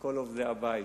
לכל עובדי הבית,